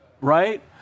right